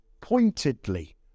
pointedly